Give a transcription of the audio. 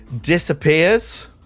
disappears